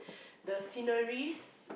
the sceneries